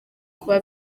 kuba